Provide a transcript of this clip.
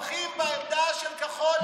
אנחנו תומכים בעמדה של כחול לבן.